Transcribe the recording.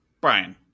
Brian